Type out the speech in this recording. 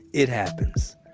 it happens.